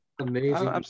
Amazing